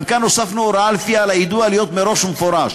גם כאן הוספנו הוראה שלפיה על היידוע להיות מראש ומפורש.